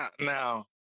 now